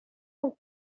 dels